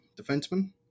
defenseman